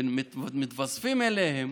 ומתווספים אליהם,